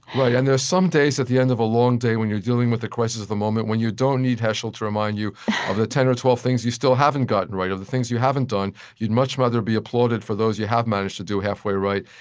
right, and there's some days, at the end of a long day, when you're dealing with the crisis at the moment, when you don't need heschel to remind you of the ten or twelve things you still haven't gotten right or the things you haven't done you'd much rather be applauded for those you have managed to do halfway right.